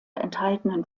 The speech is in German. enthaltenen